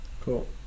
Cool